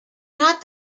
not